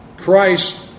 Christ